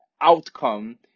outcome